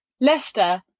Leicester